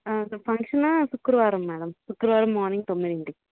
ఫంక్షనా శుక్రవారం మేడం శుక్రవారం మార్నింగ్ తొమ్మిదింటికి